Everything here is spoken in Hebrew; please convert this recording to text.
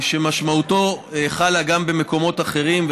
שמשמעותו חלה גם במקומות אחרים,